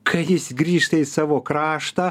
kai jis grįžta į savo kraštą